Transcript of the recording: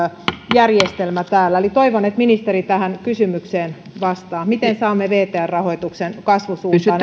järjestelmä täällä toivon että ministeri tähän kysymykseen vastaa että miten saamme vtr rahoituksen kasvusuuntaan ja